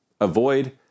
avoid